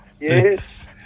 Yes